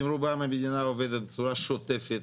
עם רובם המדינה עובדת בצורה שוטפת,